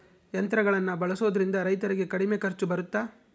ಯಂತ್ರಗಳನ್ನ ಬಳಸೊದ್ರಿಂದ ರೈತರಿಗೆ ಕಡಿಮೆ ಖರ್ಚು ಬರುತ್ತಾ?